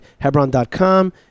hebron.com